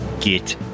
Get